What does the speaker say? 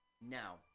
now